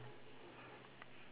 flower